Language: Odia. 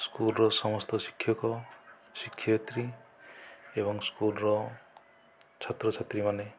ସ୍କୁଲର ସମସ୍ତ ଶିକ୍ଷକ ଶିକ୍ଷୟତ୍ରୀ ଏବଂ ସ୍କୁଲର ଛାତ୍ରଛାତ୍ରୀ ମାନେ